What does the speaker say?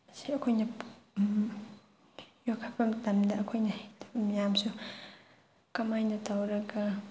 ꯁꯦ ꯑꯩꯈꯣꯏꯅ ꯌꯣꯛꯈꯠꯄ ꯃꯇꯝꯗ ꯑꯩꯈꯣꯏꯅ ꯃꯌꯥꯝꯁꯨ ꯀꯃꯥꯏꯅ ꯇꯧꯔꯒ